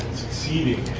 succeeding